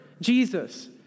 Jesus